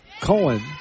Cohen